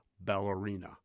Ballerina